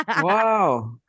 wow